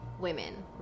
women